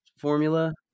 formula